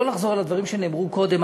לא לחזור על הדברים שנאמרו קודם,